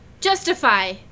justify